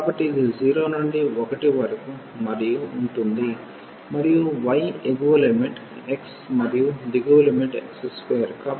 కాబట్టి ఇది 0 నుండి 1 వరకు ఉంటుంది మరియు y ఎగువ లిమిట్ x మరియు దిగువ లిమిట్ x2